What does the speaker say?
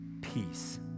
peace